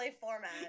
format